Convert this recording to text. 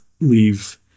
leave